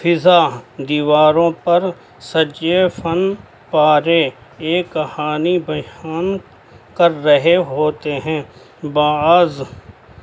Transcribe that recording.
فضا دیواروں پر سچے فن پارے ایک کہانی بیان کر رہے ہوتے ہیں بعض